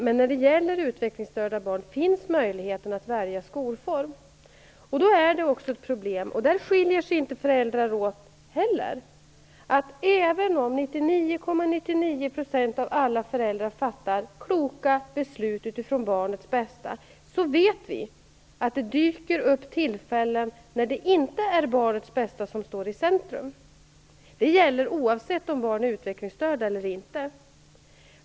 Men när det gäller utvecklingsstörda barn finns möjligheten att välja skolform. Där finns emellertid ett problem, men inte heller där skiljer sig föräldrar åt. Även om 99,99 % av alla föräldrar fattar kloka beslut utifrån barnets bästa dyker det upp tillfällen - det vet vi - då det inte är barnets bästa som står i centrum. Detta gäller oavsett om barn är utvecklingsstörda eller inte.